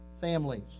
families